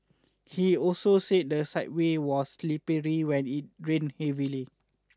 he also say the said walkway was slippery when it rained heavily